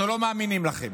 אנחנו לא מאמינים לכם.